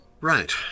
Right